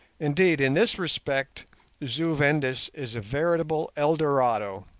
indeed, in this respect zu-vendis is a veritable eldorado,